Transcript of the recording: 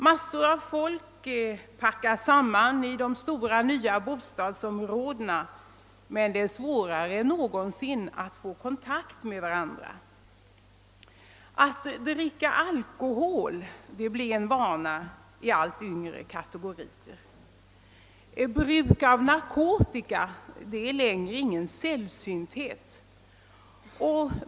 Mängder av människor packas samman i de stora nya bostadsområdena, men det är svårare än någonsin att få kontakt med varandra. Att dricka alkohol blir en vana i allt yngre kategorier. Bruk av narkotika är inte längre någon sällsynthet.